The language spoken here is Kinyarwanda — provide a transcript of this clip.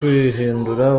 kwihindura